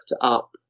up